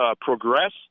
progress